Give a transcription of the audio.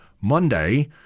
Monday